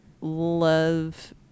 love